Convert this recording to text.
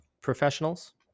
professionals